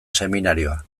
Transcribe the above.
seminarioa